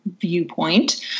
viewpoint